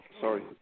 sorry